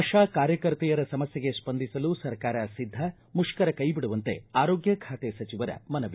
ಆಶಾ ಕಾರ್ಯಕರ್ತೆಯರ ಸಮಸ್ಥೆಗೆ ಸ್ವಂದಿಸಲು ಸರ್ಕಾರ ಸಿದ್ಧ ಮುಷ್ಕರ ಕೈಬಿಡುವಂತೆ ಆರೋಗ್ಯ ಖಾತೆ ಸಚಿವರ ಮನವಿ